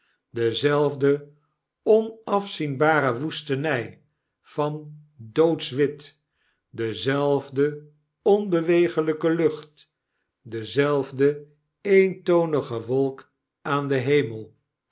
dezelfde onafzienbare woestenij van doodsch wit dezelfde onbeweeglyke lucht dezelfde eentonige wolk aan den hemel